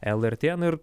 lrt na ir